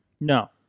No